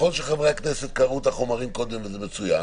נכון שחברי הכנסת קראו את החומרים קודם וזה מצוין,